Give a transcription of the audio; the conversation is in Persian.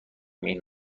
این